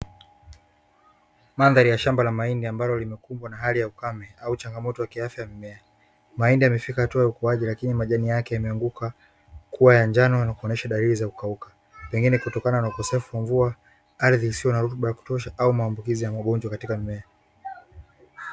Mandhari ya shamba la mahindi ambalo limekumbwa na hali ya ukame au changamoto ya kiafya ya mimea. Mahindi yamefika hatua ya ukuaji lakini majani yake yameanguka kuwa ya njano na kuonesha dalili za kukauka, pengine kutokana na ukosefu wa mvua, ardhi isiyo na rutuba ya kutosha au maambukizi ya magonjwa katika mimea.